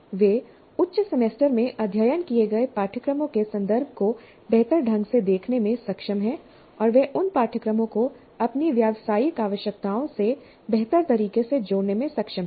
वे उच्च सेमेस्टर में अध्ययन किए गए पाठ्यक्रमों के संदर्भ को बेहतर ढंग से देखने में सक्षम हैं और वे उन पाठ्यक्रमों को अपनी व्यावसायिक आवश्यकताओं से बेहतर तरीके से जोड़ने में सक्षम हैं